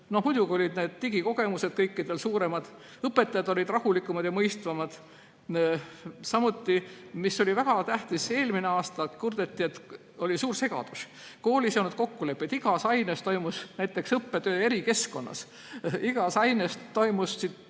Muidugi olid digikogemused kõikidel suuremad, õpetajad olid rahulikumad ja mõistvamad. Samuti oli väga tähtis see, et kui eelmisel aastal kurdeti, et oli suur segadus, sest koolis ei olnud kokkuleppeid, igas aines toimus näiteks õppetöö eri keskkonnas, igas aines toimisid